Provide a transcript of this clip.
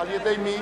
על-ידי מי?